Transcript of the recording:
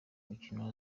mukino